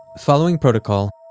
following protocol,